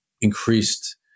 increased